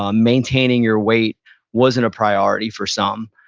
um maintaining your weight wasn't a priority for some.